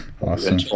Awesome